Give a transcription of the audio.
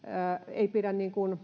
ei pidä